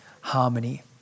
harmony